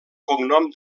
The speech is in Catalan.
cognom